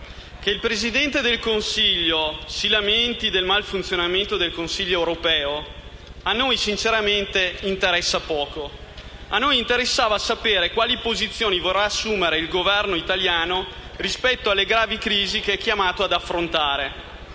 che il Presidente del Consiglio si lamenti del malfunzionamento del Consiglio europeo a noi, sinceramente, interessa poco. A noi interessava sapere quali posizioni vorrà assumere il Governo italiano rispetto alle gravi crisi chiamato ad affrontare.